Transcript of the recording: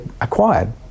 acquired